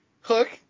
Hook